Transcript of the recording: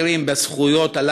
ללא שום תשתיות,